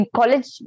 college